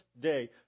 day